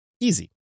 easy